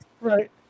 Right